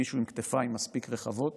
מישהו עם כתפיים מספיק רחבות